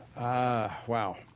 Wow